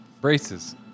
Braces